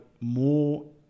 more